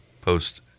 Post